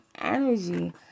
energy